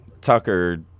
Tucker